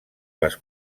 les